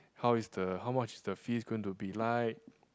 how is the how much is the fees going to be like